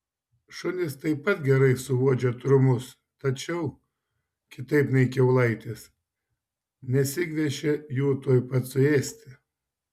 šunys taip pat gerai suuodžia trumus tačiau kitaip nei kiaulaitės nesigviešia jų tuoj pat suėsti